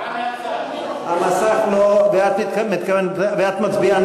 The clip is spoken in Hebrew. המסך לא, ואת מצביעה